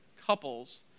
couples